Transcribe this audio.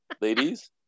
ladies